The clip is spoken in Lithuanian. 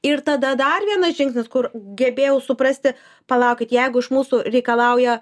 ir tada dar vienas žingsnis kur gebėjau suprasti palaukit jeigu iš mūsų reikalauja